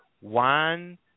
one